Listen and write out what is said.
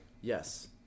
Yes